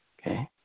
Okay